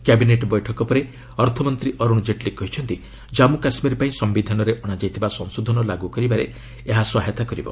cabinet ବୈଠକ ପରେ ଅର୍ଥମନ୍ତ୍ରୀ ଅର୍ଚ୍ଚଣ ଜେଟ୍ଲୀ କହିଛନ୍ତି ଜନ୍ମ କାଶ୍ରୀର ପାଇଁ ସମ୍ଭିଧାନରେ ଅଣାଯାଇଥିବା ସଂଶୋଧନ ଲାଗୁ କରିବାରେ ଏହା ସହାୟତା କରିବ